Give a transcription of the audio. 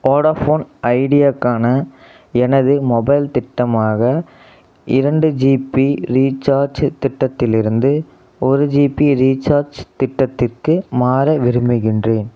Vodafone ஐடியாக்கான எனது mobile திட்டமாக இரண்டு ஜிபி ரீசார்ஜ் திட்டத்திலிருந்து ஒரு ஜிபி ரீசார்ஜ் திட்டத்திற்கு மாற விரும்புகின்றேன்